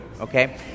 Okay